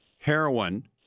heroin